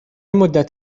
مدت